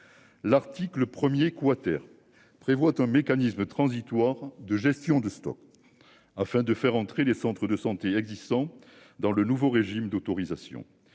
L'article 1er quater prévoit un mécanisme transitoire de gestion de stocks. Afin de faire entrer les centres de santé existant dans le nouveau régime d'autorisation.